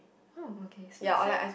oh okay so next time